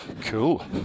Cool